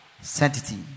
sanctity